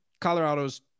Colorado's